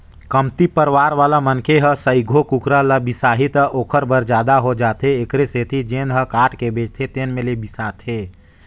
कमती परवार वाला मनखे ह सइघो कुकरा ल बिसाही त ओखर बर जादा हो जाथे एखरे सेती जेन ह काट कर बेचथे तेन में ले बिसाथे